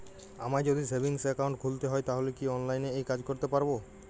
আমায় যদি savings account খুলতে হয় তাহলে কি অনলাইনে এই কাজ করতে পারবো?